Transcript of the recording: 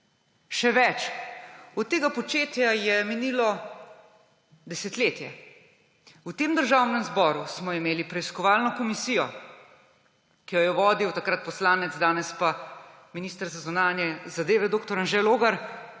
Še več, od tega početja je minilo desetletje, v Državnem zboru smo imeli preiskovalno komisijo, ki jo je vodil takrat poslanec, danes pa minister za zunanje zadeve dr. Anže Logar,